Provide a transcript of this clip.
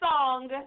song